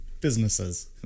businesses